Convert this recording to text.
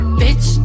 bitch